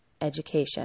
Education